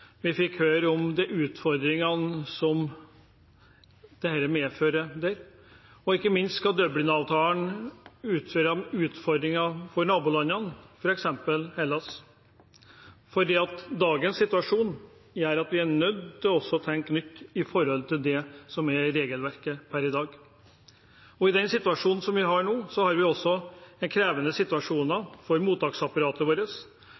Vi fikk høre om de utfordringene som dette medfører der. Ikke minst skal Dublin-avtalen møte utfordringene for nabolandene, f.eks. Hellas. Dagens situasjon gjør at vi er nødt til å tenke nytt også med tanke på det som er regelverket per i dag. Den situasjonen som vi har nå, er også krevende for mottaksapparatet vårt.